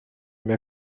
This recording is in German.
mehr